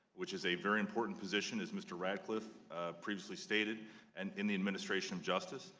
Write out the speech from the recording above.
which is a very important position as mr. radcliffe previously stated and in the administration of justice.